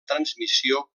transmissió